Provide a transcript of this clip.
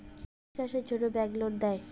কৃষি কাজের জন্যে ব্যাংক লোন দেয়?